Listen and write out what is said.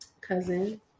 cousin